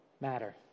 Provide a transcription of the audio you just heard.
matter